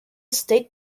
state